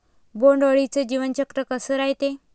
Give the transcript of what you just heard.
बोंड अळीचं जीवनचक्र कस रायते?